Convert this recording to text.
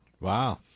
Wow